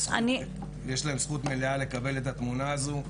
יש להן זכות מלאה לקבל את התמונה הזו,